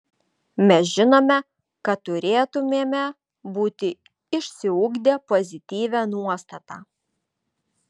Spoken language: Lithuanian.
mes žinome kad turėtumėme būti išsiugdę pozityvią nuostatą